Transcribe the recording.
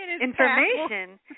information